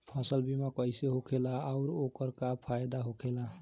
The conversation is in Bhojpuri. फसल बीमा कइसे होखेला आऊर ओकर का फाइदा होखेला?